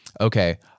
Okay